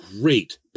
great